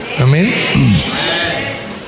Amen